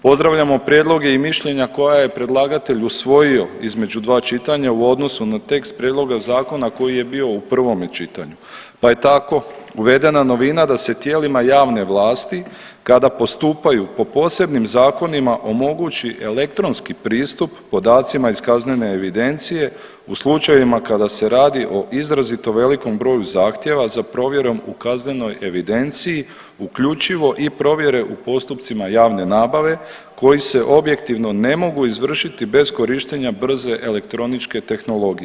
Pozdravljamo prijedloge i mišljenja koja je predlagatelj usvojio između dva čitanja u odnosu na tekst prijedloga zakona koji je bio u prvome čitanju, pa je tako uvedena novina da se tijelima javne vlasti kada postupaju po posebnim zakonima omogući elektronski pristup podacima iz kaznene evidencije u slučajevima kada se radi o izrazito velikom broju zahtjeva za provjerom u kaznenoj evidenciji uključivo i provjere u postupcima javne nabave koji se objektivno ne mogu izvršiti bez korištenja brze elektroničke tehnologije.